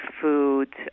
food